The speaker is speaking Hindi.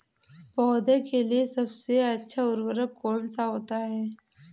पौधे के लिए सबसे अच्छा उर्वरक कौन सा होता है?